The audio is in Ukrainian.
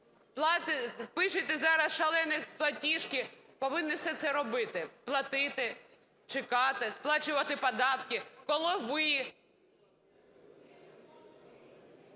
пишете зараз шалені платіжки, повинні все це робити: платити, чекати, сплачувати податки, - коли ви…